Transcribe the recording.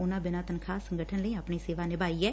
ਉਨ੍ਪਾ ਬਿਨਾਂ ਤਨਖਾਹ ਸੰਗਠਨ ਲਈ ਆਪਣੀ ਸੇਵਾ ਨਿਭਾਈ ਐ